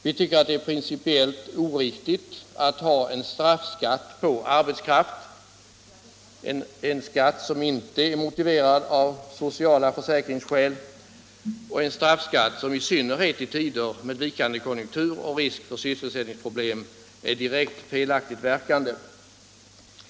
Vi tycker att det är principiellt oriktigt att ha en straffskatt på arbetskraft, en skatt som inte är motiverad av sociala försäkringsskäl och en straffskatt som i synnerhet i tider med vikande konjunktur och risk för sysselsättningsproblem verkar på ett direkt felaktigt sätt.